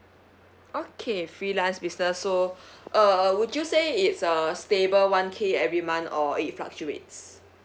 okay freelance business so uh would you say it's uh stable one K every month or it fluctuates